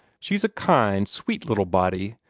she's a kind sweet little body,